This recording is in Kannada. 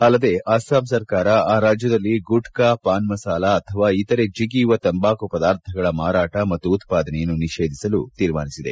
ಅಲ್ಲದೆ ಅಸ್ಬಾಂ ಸರ್ಕಾರ ರಾಜ್ಯದಲ್ಲಿ ಗುಟ್ಕಾ ಪಾನ್ ಮಸಾಲ ಅಥವಾ ಇತರೆ ಜಿಗಿಯುವ ತಂಬಾಕು ಪದಾರ್ಥಗಳ ಮಾರಾಟ ಹಾಗೂ ಉತ್ವಾದನೆಯನ್ನು ನಿಷೇಧಿಸಲು ತೀರ್ಮಾನಿಸಿದೆ